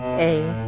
a